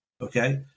Okay